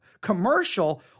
commercial